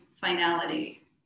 finality